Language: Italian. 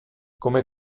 come